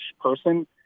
person